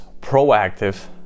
proactive